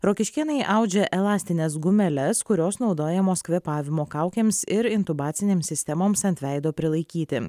rokiškėnai audžia elastines gumeles kurios naudojamos kvėpavimo kaukėms ir intubacinėms sistemoms ant veido prilaikyti